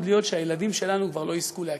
להיות שהילדים שלנו כבר לא יזכו להכיר.